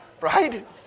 Right